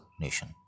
nation